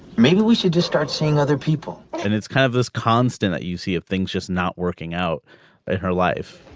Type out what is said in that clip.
maybe we should just start seeing other people and it's kind of this constant that you see of things just not working out in her life.